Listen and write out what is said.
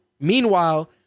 Meanwhile